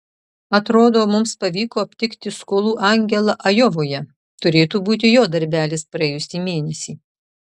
atrodo mums pavyko aptikti skolų angelą ajovoje turėtų būti jo darbelis praėjusį mėnesį